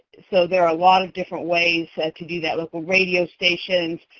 so, there are a lot of different ways to do that, local radio stations,